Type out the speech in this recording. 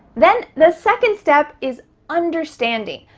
then, the second step is understanding.